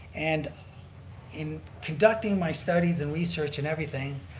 and in conducting my studies and research and everything,